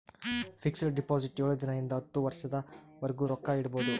fix deposit ಏಳು ದಿನ ಇಂದ ಹತ್ತು ವರ್ಷದ ವರ್ಗು ರೊಕ್ಕ ಇಡ್ಬೊದು